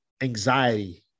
anxiety